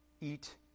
Eat